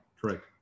Correct